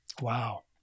Wow